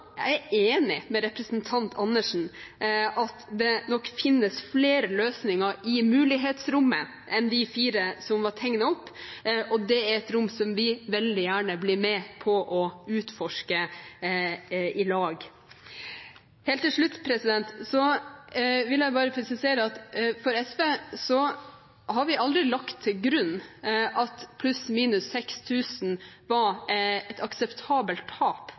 er jeg enig med representanten Karin Andersen i at det nok finnes flere løsninger i mulighetsrommet enn de fire som var tegnet opp, og det er et rom som vi veldig gjerne blir med på å utforske i lag. Helt til slutt vil jeg bare presisere at SV har aldri lagt til grunn at pluss/minus 6 000 kr var et akseptabelt tap